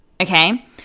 Okay